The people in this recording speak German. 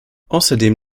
außerdem